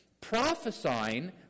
prophesying